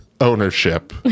ownership